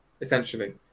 essentially